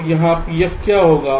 तो यहाँ Pf क्या होगा